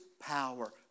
power